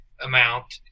amount